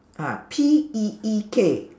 ah P E E K